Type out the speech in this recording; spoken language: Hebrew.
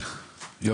אני